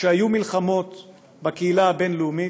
שהיו מלחמות בקהילה הבין-לאומית,